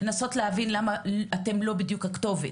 לנסות להבין למה אתם לא בדיוק הכתובת.